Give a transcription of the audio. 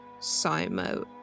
Simo